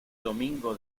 domingo